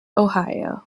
ohio